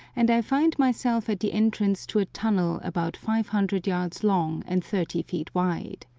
and i find myself at the entrance to a tunnel about five hundred yards long and thirty feet wide.